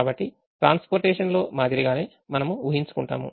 కాబట్టి transportation లో మాదిరిగానే మనము ఊహించుకుంటాము